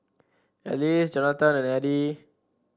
Alyce Jonatan and Eddy